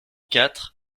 quatre